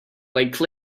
like